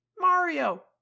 Mario